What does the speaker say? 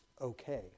okay